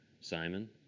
Simon